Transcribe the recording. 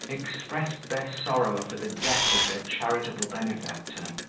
expressed their sorrow for the death of their charitable benefactor.